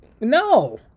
no